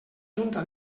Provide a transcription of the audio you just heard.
junta